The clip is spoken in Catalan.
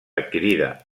adquirida